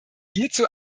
hierzu